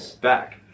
back